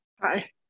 Hi